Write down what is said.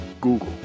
Google